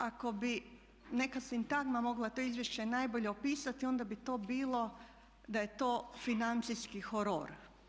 Ako bi neka sintagma moglo to izvješće najbolje opisati onda bi to bilo da je to financijski horor.